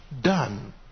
done